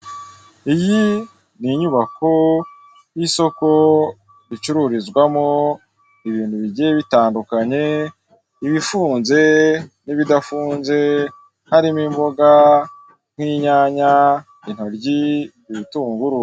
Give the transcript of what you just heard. Iyi ni inyubako y'isoko ricururizwamo ibintu bigiye bitandukanye, ibifunze n'ibidafunze harimo imboga n'inyanya, intoryi, ibitunguru.